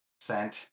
scent